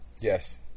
Yes